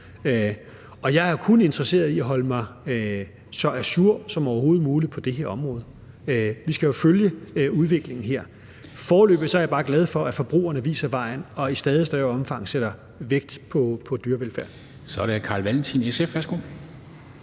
er. Jeg er kun interesseret i at holde mig så ajour som overhovedet muligt på det her område. Vi skal jo følge udviklingen her. Foreløbig er jeg bare glad for, at forbrugerne viser vejen og i stadig større omfang lægger vægt på dyrevelfærd. Kl. 14:09 Formanden